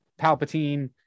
Palpatine